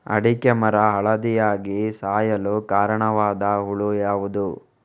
ಅಡಿಕೆ ಮರ ಹಳದಿಯಾಗಿ ಸಾಯಲು ಕಾರಣವಾದ ಹುಳು ಯಾವುದು?